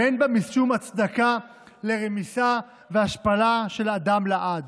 ואין בה משום הצדקה לרמיסה והשפלה של אדם לעד.